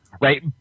right